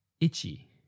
itchy